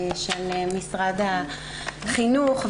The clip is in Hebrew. של משרד החינוך,